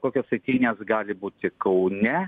kokios eitynės gali būti kaune